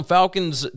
Falcons